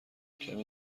کمی